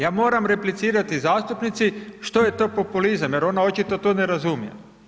Ja moram replicirati zastupnici što je to populizam jer ona očito to ne razumije.